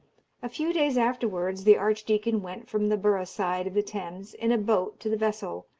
a few days afterwards the archdeacon went from the borough side of the thames in a boat to the vessel,